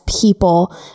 people